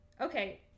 okay